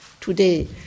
today